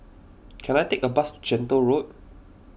can I take a bus to Gentle Road